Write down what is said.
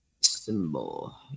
symbol